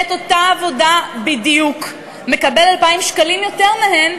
את אותה עבודה בדיוק מקבל 2,000 שקלים יותר מהן,